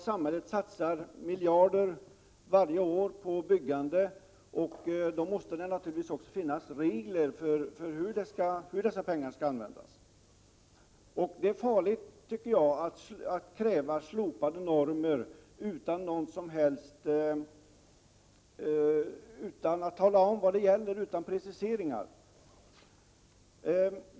Samhället satsar miljarder varje år på byggande, och då måste det naturligtvis också finnas regler för hur dessa pengar skall användas. Jag tycker att det är farligt att kräva slopade normer utan några preciseringar.